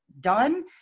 done